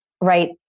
right